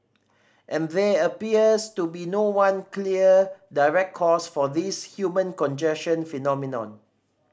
and there appears to be no one clear direct cause for this human congestion phenomenon